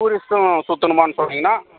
டூரிஸ்ட்டும் சுற்றணுமான்னு சொன்னீங்கன்னால்